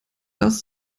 das